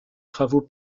travaux